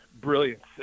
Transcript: brilliance